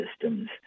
systems